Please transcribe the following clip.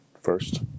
first